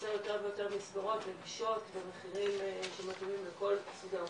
לייצר יותר ויותר מסגרות במחירים שמתאימים לכל סוגי האוכלוסייה,